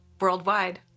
worldwide